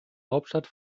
hauptstadt